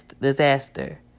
disaster